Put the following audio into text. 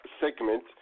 segment